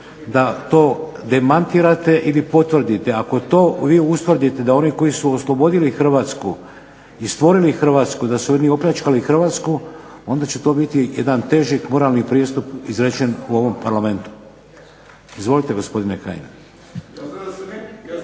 da to demantirate ili potvrdite. Ako to vi ustvrdite da oni koji su oslobodili Hrvatsku i stvorili Hrvatsku da su oni opljačkali Hrvatsku onda će to biti jedan teži moralni pristup izrečen u ovom Parlamentu. Izvolite, gospodine Kajin.